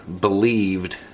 believed